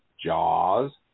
Jaws